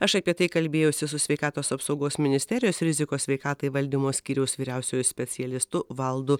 aš apie tai kalbėjausi su sveikatos apsaugos ministerijos rizikos sveikatai valdymo skyriaus vyriausiuoju specialistu valdu